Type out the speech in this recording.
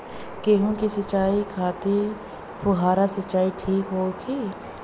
गेहूँ के सिंचाई खातिर फुहारा सिंचाई ठीक होखि?